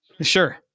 Sure